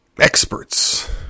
experts